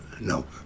No